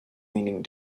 meaning